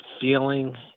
feeling